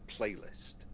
playlist